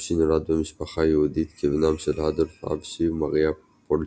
הבשי נולד במשפחה יהודית כבנם של אדולף הבשי ומריה פולאצ'ק.